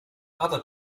other